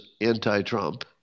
anti-Trump